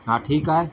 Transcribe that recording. हा ठीकु आहे